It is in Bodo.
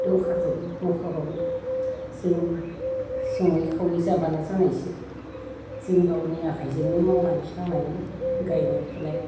दंखाजोबो न'खरावनो जों सङै खावै जाब्लानो जानायसै जों गावनि आखाइजोंनो मावनानै दांनानै गायनाय फुनाय